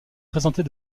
présentée